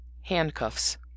handcuffs